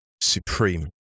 supreme